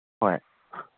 ꯍꯣꯏ